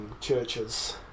churches